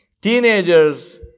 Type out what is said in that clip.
Teenagers